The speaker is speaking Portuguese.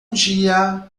dia